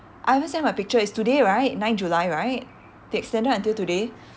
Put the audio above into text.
I haven't send my picture it's today right nine july right they extended until today